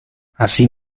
así